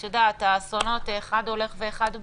את יודעת, האסונות אחד הולך ואחד בא.